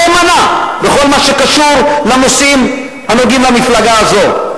נאמנה בכל מה שקשור לנושאים הנוגעים למפלגה הזו.